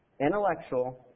intellectual